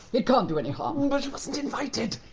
it can't do any harm. but she wasn't invited!